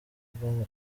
bwana